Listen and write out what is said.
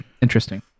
interesting